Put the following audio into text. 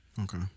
Okay